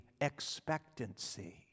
expectancy